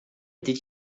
did